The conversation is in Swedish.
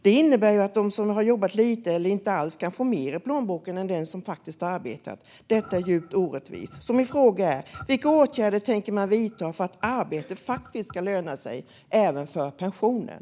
Det innebär att de som har jobbat lite eller inte alls kan få mer i plånboken än den som faktiskt har arbetat. Detta är djupt orättvist. Min fråga är därför: Vilka åtgärder tänker man vidta för att arbete faktiskt ska löna sig även för pensionen?